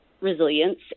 resilience